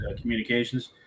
communications